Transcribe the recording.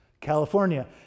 California